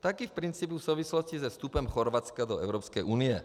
tak i v principu v souvislosti se vstupem Chorvatska do Evropské unie.